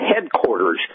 headquarters